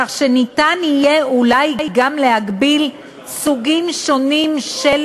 כך שניתן יהיה אולי גם להגביל סוגים שונים של